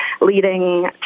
leading